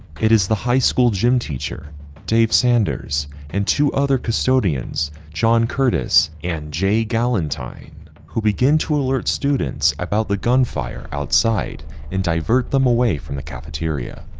it is the high school gym teacher dave sanders and two other custodians john curtis and jay galantine who begin to alert students about the gunfire outside and divert them away from the cafeteria.